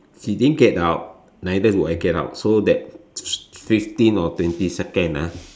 she didn't get out neither do I get out so that fifteen or twenty second ah